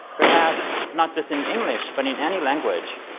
perhaps not just in english but in any language?